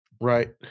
right